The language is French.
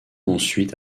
ensuite